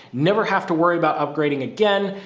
never have to worry about upgrading again,